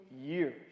years